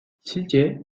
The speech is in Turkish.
sizce